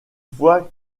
fois